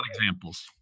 examples